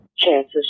Chances